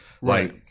Right